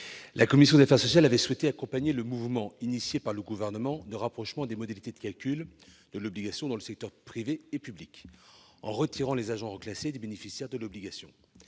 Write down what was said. La commission avait souhaité accompagner le mouvement, engagé par le Gouvernement, de rapprochement des modalités de calcul de l'obligation en question dans les secteurs privé et public, en retirant les agents reclassés des bénéficiaires de l'obligation.